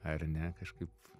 ar ne kažkaip